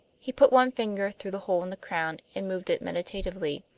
he put one finger through the hole in the crown and moved it meditatively.